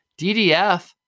DDF